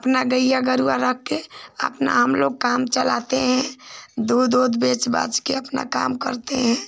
अपना गैया गेरुआ रखकर अपना हमलोग काम चलाते हैं दूध उध बेच बाचकर अपना काम करते हैं